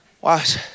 Watch